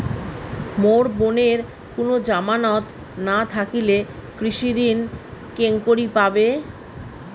মোর বোনের কুনো জামানত না থাকিলে কৃষি ঋণ কেঙকরি পাবে?